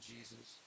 Jesus